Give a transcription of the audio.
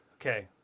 Okay